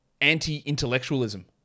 anti-intellectualism